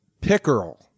Pickerel